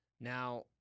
Now